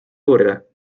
uurida